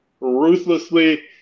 ruthlessly